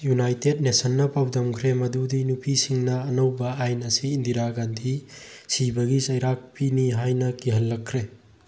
united ꯅꯦꯁꯟꯅ ꯄꯥꯎꯗꯝꯈ꯭ꯔꯦ ꯃꯗꯨꯗꯤ ꯅꯨꯄꯤꯁꯤꯡꯅ ꯑꯅꯧꯕ ꯑꯥꯏꯟ ꯑꯁꯤ ꯏꯟꯗꯤꯔꯥ ꯒꯥꯟꯙꯤ ꯁꯤꯕꯒꯤ ꯆꯩꯔꯥꯛ ꯄꯤꯅꯤ ꯍꯥꯏꯅ ꯀꯤꯍꯜꯂꯛꯈ꯭ꯔꯦ